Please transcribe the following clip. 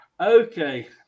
Okay